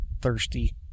thirsty